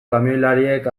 kamioilariek